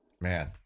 Man